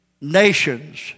nations